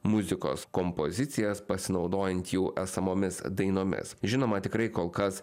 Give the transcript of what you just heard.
muzikos kompozicijas pasinaudojant jų esamomis dainomis žinoma tikrai kol kas